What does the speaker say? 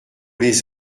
les